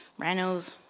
Rano's